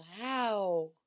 Wow